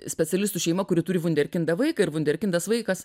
specialistų šeima kuri turi vunderkindą vaiką ir vunderkindas vaikas